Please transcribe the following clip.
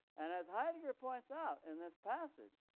and as heidegger points out in this passage,